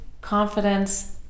confidence